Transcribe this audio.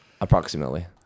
approximately